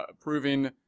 proving